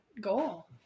goal